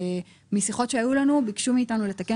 ומשיחות שהיו לנו ביקשו מאיתנו לתקן